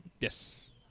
Yes